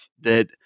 that-